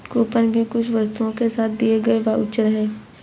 coupon भी कुछ वस्तुओं के साथ दिए गए वाउचर है